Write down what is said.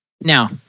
Now